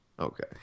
Okay